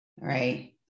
right